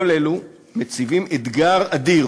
כל אלו מציבים אתגר אדיר